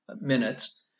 minutes